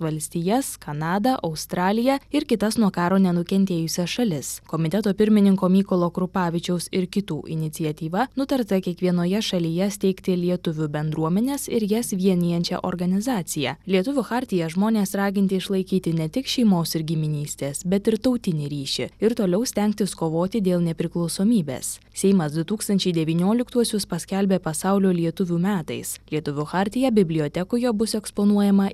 valstijas kanadą australiją ir kitas nuo karo nenukentėjusias šalis komiteto pirmininko mykolo krupavičiaus ir kitų iniciatyva nutarta kiekvienoje šalyje steigti lietuvių bendruomenes ir jas vienijančią organizaciją lietuvių chartiją žmonės raginti išlaikyti ne tik šeimos ir giminystės bet ir tautinį ryšį ir toliau stengtis kovoti dėl nepriklausomybės seimas du tūkstančiai devynioliktuosius paskelbė pasaulio lietuvių metais lietuvių chartija bibliotekoje bus eksponuojama